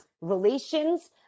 relations